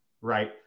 right